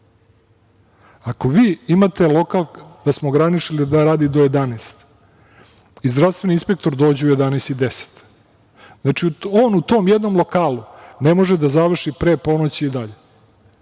Ako vi imate lokal da smo ograničili da radi do 23.00 i zdravstveni inspektor dođe u 23.10, znači on u tom jednom lokalu ne može da završi pre ponoći i dalje,